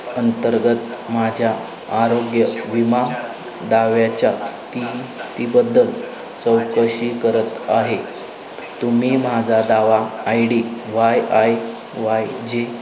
अंतर्गत माझ्या आरोग्य विमा दाव्याच्या स्थितीबद्दल चौकशी करत आहे तुम्ही माझा दावा I D Y I Y I G